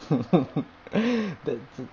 the